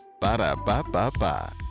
Ba-da-ba-ba-ba